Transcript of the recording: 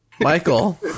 Michael